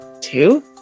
two